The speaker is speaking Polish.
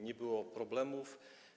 Nie było problemów.